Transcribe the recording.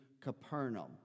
Capernaum